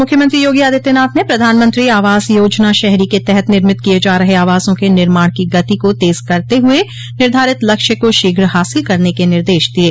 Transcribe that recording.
मुख्यमंत्री योगी आदित्यनाथ ने प्रधानमंत्री आवास योजना शहरी के तहत निर्मित किये जा रहे आवासों के निर्माण की गति को तेज करते हुए निर्धारित लक्ष्य को शीघ्र हासिल करने के निर्देश दिये